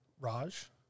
Raj